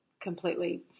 completely